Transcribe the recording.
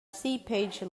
seepage